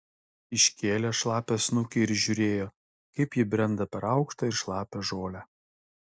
iškėlė šlapią snukį ir žiūrėjo kaip ji brenda per aukštą ir šlapią žolę